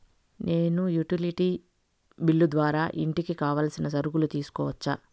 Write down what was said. నేను utility bill ద్వారా ఇంటికి కావాల్సిన సరుకులు తీసుకోవచ్చా?